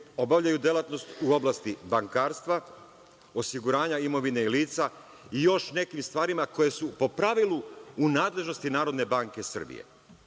obavljaju delatnost u oblasti bankarstva, osiguranja imovine lica i još nekim stvarima koje su po pravilu u nadležnosti Narodne banke Srbije,